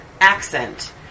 accent